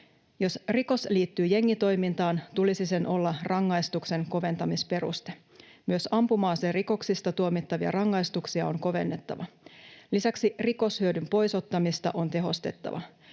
Jos rikos liittyy jengitoimintaan, tulisi sen olla rangaistuksen koventamisperuste. Myös ampuma-aserikoksista tuomittavia rangaistuksia on kovennettava. Lisäksi rikoshyödyn pois ottamista on tehostettava.